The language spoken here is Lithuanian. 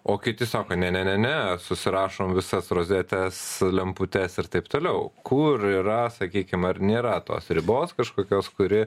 o kiti sako ne ne ne susirašom visas rozetes lemputes ir taip toliau kur yra sakykim ar nėra tos ribos kažkokios kuri